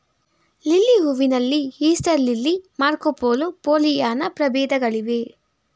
lily ಹೂವಿನಲ್ಲಿ Easter lily, Marco Polo, Pollyanna ಪ್ರಭೇದಗಳಿವೆ